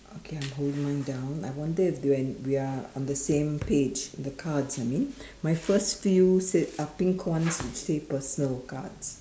okay I'm holding mine down I wonder if they we are on the same page the cards I mean my first few said uh pink ones which said personal cards